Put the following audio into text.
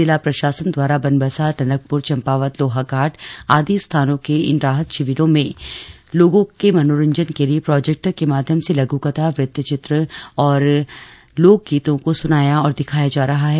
जिला प्रशासन द्वारा बनबसा टनकपुर चम्पावत लोहाघाट आदि स्थानों के इन राहत शिविरों में लोगों के मनोरंजन के लिए प्रोजेक्टर के माध्यम से लघुकथा वृत चित्र और लोक गीतों को सुनाया और दिखाया जा रहा है